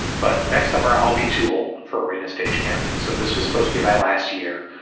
but next summer i'll be too old for arena stage camp. so this was supposed to be my last year.